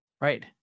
Right